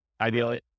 ideally